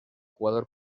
jugador